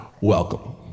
Welcome